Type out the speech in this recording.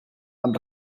amb